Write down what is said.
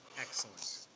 Excellent